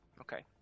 Okay